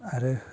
आरो